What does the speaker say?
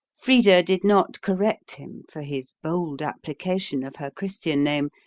frida did not correct him for his bold application of her christian name,